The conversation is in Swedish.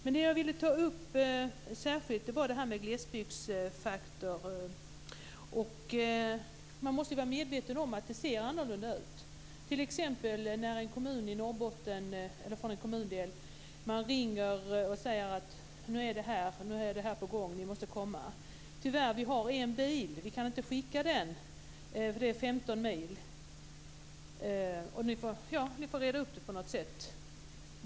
Det jag särskilt vill ta upp är glesbygdfaktorn. Man måste vara medveten om att det ser annorlunda ut i glesbygden. Man ringer kanske från en kommundel i Norrbotten och säger att nu händer det något och polisen måste komma. Då kan man få till svar att de tyvärr bara har en bil och den kan de inte skicka eftersom det är 15 mil att köra. De måste reda upp det själva på något sätt.